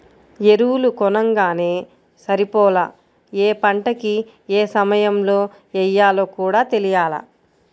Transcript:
ఎరువులు కొనంగానే సరిపోలా, యే పంటకి యే సమయంలో యెయ్యాలో కూడా తెలియాల